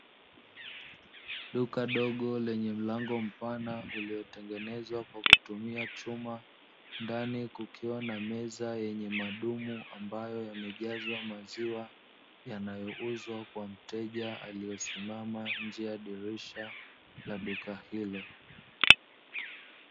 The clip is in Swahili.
Duka dogo lenye mlango mpana uliyotengenezwa kwa kutumia chuma, ndani kukiwa na meza yenye madumu ambayo yamejazwa maziwa yanayouzwa kwa mteja aliyesimama nje ya dirisha la duka hilo.